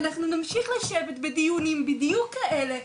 אנחנו נמשיך לשבת בדיונים בדיוק כאלה,